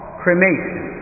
cremation